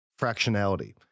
fractionality